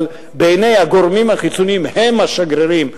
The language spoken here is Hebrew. אבל בעיני הגורמים החיצוניים הם השגרירים,